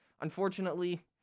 unfortunately